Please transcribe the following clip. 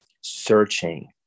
searching